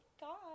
god